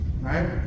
right